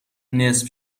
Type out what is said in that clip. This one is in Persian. نصف